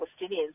Palestinians